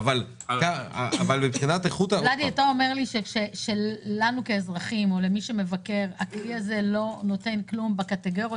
אתה אומר לי שלנו כאזרחים או למי שמבקר הכלי הזה לא נותן כלום בקטגוריה